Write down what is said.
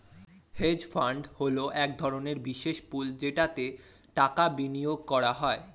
hedge fund হলো এক ধরনের বিশেষ পুল যেটাতে টাকা বিনিয়োগ করা হয়